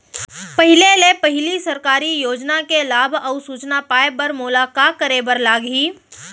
पहिले ले पहिली सरकारी योजना के लाभ अऊ सूचना पाए बर मोला का करे बर लागही?